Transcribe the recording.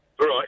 Right